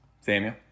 Samuel